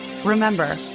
Remember